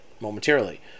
momentarily